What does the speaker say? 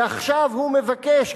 ועכשיו הוא מבקש,